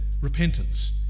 repentance